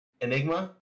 Enigma